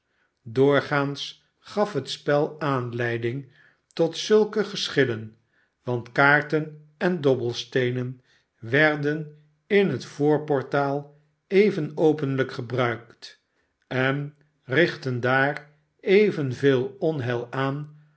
doorgaans gaf het spel aanleiding tot zulke geschillen want kaarten en dobbelsteenen werden in het voorportaal even openlijk gebruikt en nchtten daar evenveel onheil aan